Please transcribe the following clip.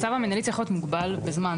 הצו המינהלי צריך להיות מוגבל בזמן.